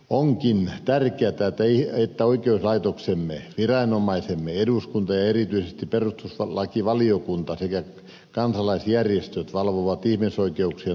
onkin tärkeätä että oikeuslaitoksemme viranomaisemme eduskunta ja erityisesti perustuslakivaliokunta sekä kansalaisjärjestöt valvovat ihmisoikeuksien toteutumista